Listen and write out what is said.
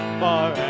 far